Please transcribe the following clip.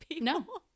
No